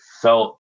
felt